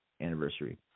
anniversary